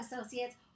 associates